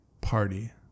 party